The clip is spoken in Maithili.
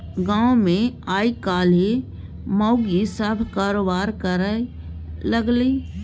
गामोमे आयकाल्हि माउगी सभ कारोबार करय लागलै